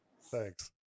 Thanks